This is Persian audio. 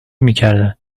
میکردن